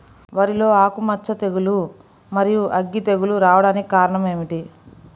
వరిలో ఆకుమచ్చ తెగులు, మరియు అగ్గి తెగులు రావడానికి కారణం ఏమిటి?